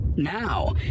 now